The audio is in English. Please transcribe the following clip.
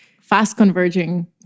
fast-converging